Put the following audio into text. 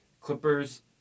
Clippers